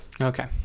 Okay